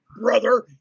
brother